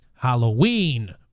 Halloween